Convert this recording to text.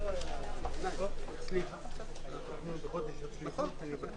הישיבה ננעלה